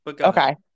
Okay